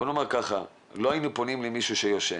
בוא נאמר כך, לא היינו פונים למישהו שישן.